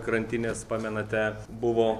krantinės pamenate buvo